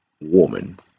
woman